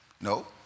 No